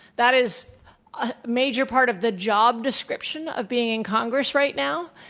that is a major part of the job description of being in congress right now.